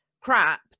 crap